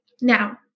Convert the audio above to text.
Now